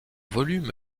volume